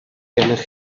gennych